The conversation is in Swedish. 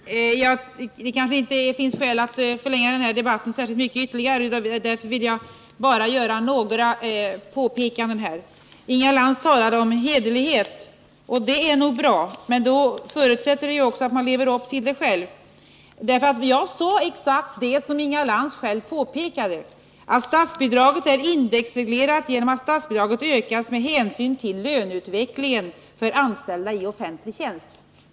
Herr talman! Det finns kanske inte något skäl att förlänga denna debatt ytterligare. Därför vill jag bara göra några påpekanden. Inga Lantz talade om hederligheten. Det är nog bra, men då förutsätter man också att hon själv är hederlig. Jag sade exakt det som Inga Lantz själv påpekade, nämligen att statsbidraget är indexreglerat genom att det ökas med hänsyn till löneutvecklingen för anställda i offentlig tjänst.